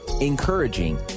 encouraging